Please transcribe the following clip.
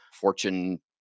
fortune